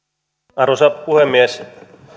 arvoisa puhemies